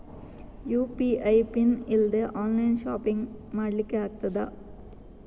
UPI pin ಇಲ್ದೆ online shopping ಮಾಡ್ಲಿಕ್ಕೆ ಆಗ್ತದಾ?